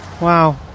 Wow